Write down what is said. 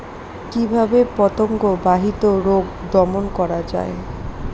কিভাবে পতঙ্গ বাহিত রোগ দমন করা যায়?